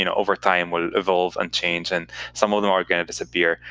you know over time, will evolve and change. and some of them are going to disappear.